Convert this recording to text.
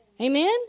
Amen